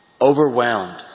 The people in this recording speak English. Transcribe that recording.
Overwhelmed